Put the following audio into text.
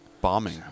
Bombing